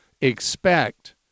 expect